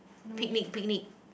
picnic picnic